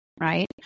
Right